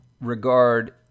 regard